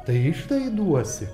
tai iždą įduosi